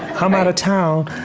i'm out of town.